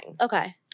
Okay